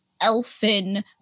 elfin